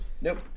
Nope